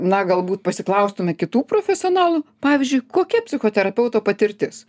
na galbūt pasiklaustume kitų profesionalų pavyzdžiui kokia psichoterapeuto patirtis